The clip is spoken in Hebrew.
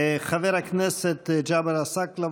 חבר הכנסת ג'אבר עסאקלה,